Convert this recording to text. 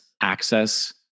access